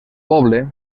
poble